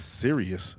serious